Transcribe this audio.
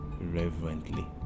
reverently